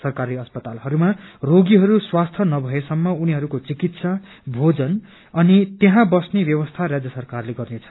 सरकारी अस्पतालहरूमा रोगीहरू स्वास्थ्य नभएसम्म उनीहरूको चिकित्सा भोजन अनि त्यहाँ बस्ने व्यवस्था राज्य सरकारले गर्नेछ